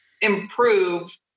improve